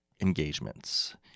engagements